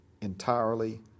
entirely